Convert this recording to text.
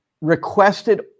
requested